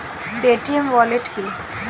Paytm wallet কি?